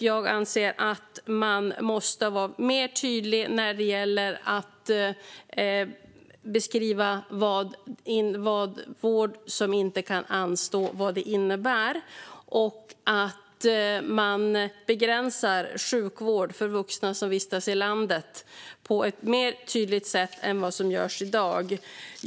Jag anser att man måste vara mer tydlig när det gäller att beskriva vad "vård som inte kan anstå" innebär och att man begränsar sjukvård för vuxna som olovligen vistas i landet på ett tydligare sätt än vad som görs i dag.